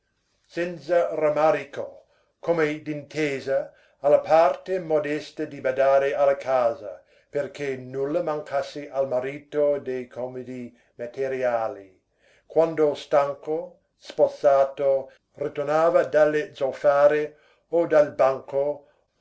senza rammarico come d'intesa alla parte modesta di badare alla casa perché nulla mancasse al marito dei comodi materiali quando stanco spossato ritornava dalle zolfare o dal banco